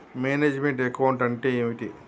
Manage meant account అంటే ఏమిటి?